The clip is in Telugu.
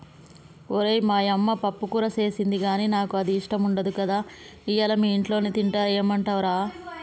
ఓరై మా యమ్మ పప్పుకూర సేసింది గానీ నాకు అది ఇష్టం ఉండదు కదా ఇయ్యల మీ ఇంట్లోనే తింటా ఏమంటవ్ రా